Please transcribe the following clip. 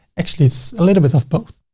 actually it's a little bit of both.